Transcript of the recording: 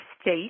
state